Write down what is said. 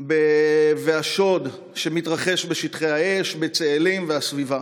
והשוד שמתרחשים בשטחי האש בצאלים והסביבה.